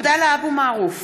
(קוראת בשמות חברי הכנסת) עבדאללה אבו מערוף,